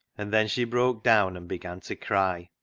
and then she broke down and began to cry.